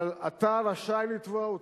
אבל אתה רשאי לתבוע אותי,